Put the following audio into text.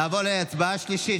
נעבור להצבעה שלישית,